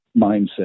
mindset